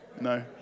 no